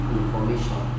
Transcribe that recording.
information